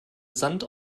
sand